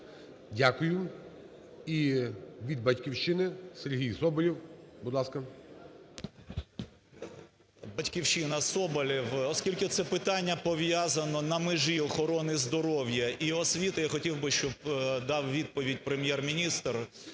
Дякую. І від "Батьківщини" Сергій Соболєв, будь ласка. 10:53:42 СОБОЛЄВ С.В. "Батьківщина", Соболєв. Оскільки це питання пов'язано на межі охорони здоров'я і освіти, я хотів би, щоб дав відповідь Прем'єр-міністр.